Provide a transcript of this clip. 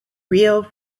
rio